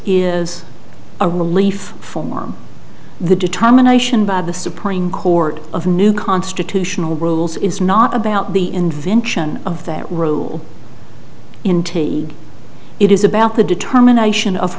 is a relief from the determination by the supreme court of new constitutional rules is not about the invention of that rule in t it is about the determination of